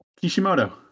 kishimoto